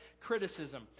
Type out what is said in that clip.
criticism